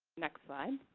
next slide.